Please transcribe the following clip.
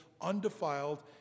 undefiled